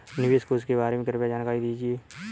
निवेश कोष के बारे में कृपया जानकारी दीजिए